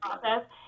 process